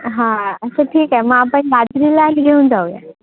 हां अच्छा ठीक आहे मग आपण रात्रीला जेऊन जाऊया